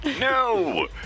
No